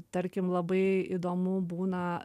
tarkim labai įdomu būna